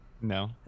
no